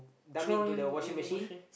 throwing in washing machine